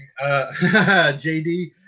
JD